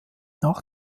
nach